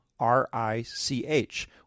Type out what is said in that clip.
R-I-C-H